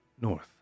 north